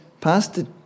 Pastor